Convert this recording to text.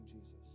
Jesus